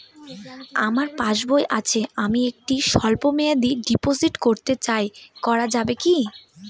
আমার পাসবই আছে আমি একটি স্বল্পমেয়াদি ডিপোজিট করতে চাই করা যাবে কি?